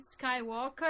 Skywalker